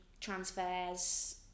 transfers